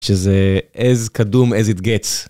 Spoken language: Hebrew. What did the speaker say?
שזה as קדום as it gets.